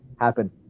happen